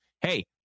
Hey